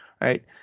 Right